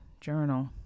journal